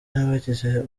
n’abagize